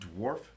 dwarf